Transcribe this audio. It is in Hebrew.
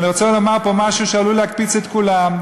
אני רוצה לומר פה משהו שעלול להקפיץ את כולם: